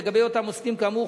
לגבי אותם עוסקים כאמור,